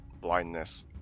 Blindness